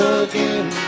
again